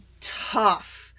tough